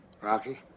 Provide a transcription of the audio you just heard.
Rocky